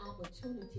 opportunity